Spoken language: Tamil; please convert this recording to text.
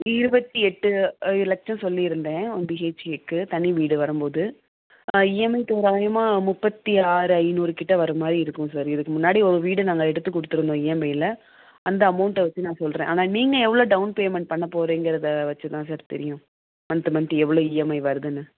இருபத்தி எட்டு லட்சம் சொல்லியிருந்தேன் ஒன் பிஹெச்கேவுக்கு தனி வீடு வரும்போது இஎம்ஐ தோராயமாக முப்பத்து ஆறு ஐந்நூறுக்கிட்டே வர மாதிரி இருக்கும் சார் இதுக்கு முன்னாடி ஒரு வீடு நாங்கள் எடுத்து கொடுத்துருந்தோம் இஎம்ஐயில் அந்த அமௌண்ட்டை வச்சு நான் சொல்கிறேன் ஆனால் நீங்கள் எவ்வளோ டவுன் பேமெண்ட் பண்ண போகிறீங்கறத வச்சு தான் சார் தெரியும் மந்த் மந்த் எவ்வளோ இஎம்ஐ வருதுன்னு